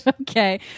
Okay